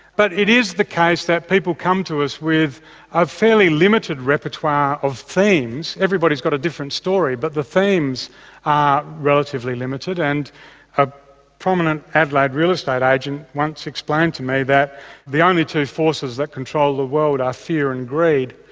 but it is the case that people come to us with a fairly limited repertoire of themes, everybody has got a different story but the themes are relatively limited and a prominent adelaide real estate agent once explained to me that the only two forces that control the world are fear and greed.